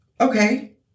Okay